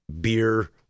beer